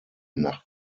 nach